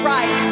Right